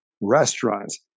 restaurants